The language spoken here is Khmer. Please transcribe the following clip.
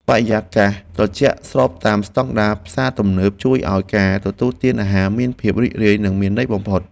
បរិយាកាសត្រជាក់ស្របតាមស្តង់ដារផ្សារទំនើបជួយឱ្យការទទួលទានអាហារមានភាពរីករាយនិងមានន័យបំផុត។